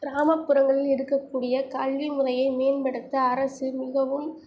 கிராமப்புறங்களில் இருக்கக்கூடிய கல்வி முறையை மேம்படுத்த அரசு மிகவும்